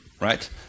right